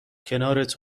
کنارت